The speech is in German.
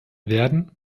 werden